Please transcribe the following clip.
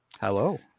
hello